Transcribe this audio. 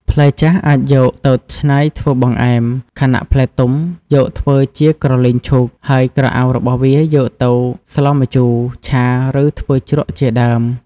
ផ្លែចាស់អាចយកទៅច្នៃធ្វើបង្អែម ខណៈផ្លែទុំយកធ្វើជាក្រលីងឈូក ហើយក្រអៅរបស់វាយកទៅស្លម្ជូរ ឆា ឬធ្វើជ្រក់ ជាដើម ។